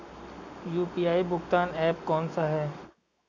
UPI भुगतान app कौन सा है?